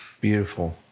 Beautiful